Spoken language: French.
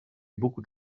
beaucoup